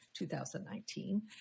2019